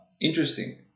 interesting